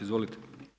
Izvolite.